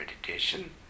meditation